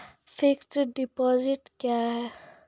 Fixed deposit क्या हैं?